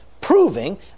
proving